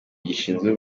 gishinzwe